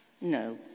No